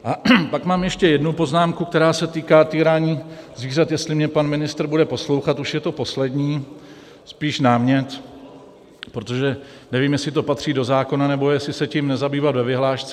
A pak mám ještě jednu poznámku, která se týká zvířat, jestli mě pan ministr bude poslouchat, už je to poslední spíš námět, protože nevím, jestli to patří do zákona, nebo jestli se tím nezabývat ve vyhlášce.